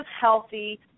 healthy